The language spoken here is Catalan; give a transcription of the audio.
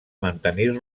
mantenir